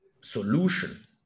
solution